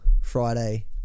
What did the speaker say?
Friday